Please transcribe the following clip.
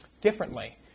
differently